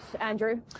Andrew